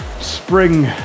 spring